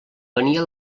venia